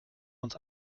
uns